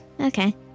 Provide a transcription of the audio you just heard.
okay